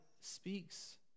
speaks